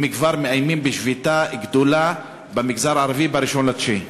הם כבר מאיימים בשביתה גדולה במגזר הערבי ב-1 בספטמבר.